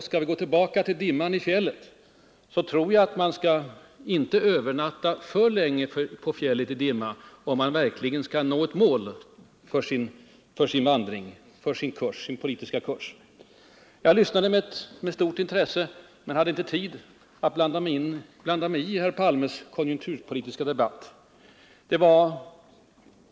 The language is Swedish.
Skall vi gå tillbaka till dimman på fjället så tror jag att man inte skall övernatta för länge på fjället i dimma om man verkligen skall nå ett mål för sin vandring, för sin politiska strävan. Jag lyssnade med stort intresse men hade inte tid att blanda mig i herr Palmes konjunkturpolitiska debatt.